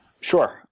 Sure